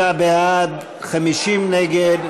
45 בעד, 50 נגד.